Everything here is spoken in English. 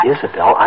Isabel